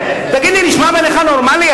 תגיד לי, זה נשמע לך נורמלי?